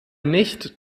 nicht